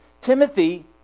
Timothy